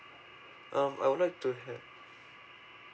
um I would like to have